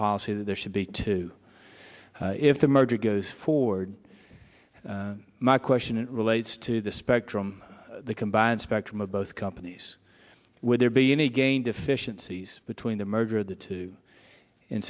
policy that there should be two if the merger goes forward my question it relates to the spectrum the combined spectrum of both come yes would there be any gain deficiencies between the merger of the two in